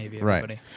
right